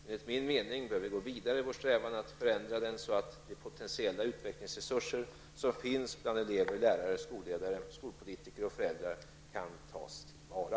Enligt min mening bör vi gå vidare i vår strävan att förändra den så att de potentiella utvecklingsresurser som finns bland elever, lärare, skolledare, skolpolitiker och föräldrar kan tas till vara.